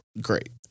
Great